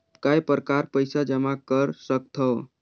काय प्रकार पईसा जमा कर सकथव?